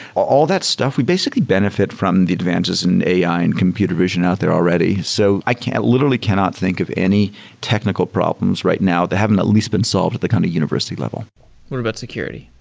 all that stuff, we basically benefit from the advances in ai and computer vision out there already. so i literally cannot think of any technical problems right now that haven't at least been solved at the kind of university level what about security?